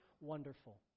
wonderful